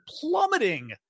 plummeting